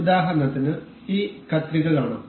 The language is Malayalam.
ഉദാഹരണത്തിന് ഈ കത്രിക കാണാം